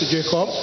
Jacob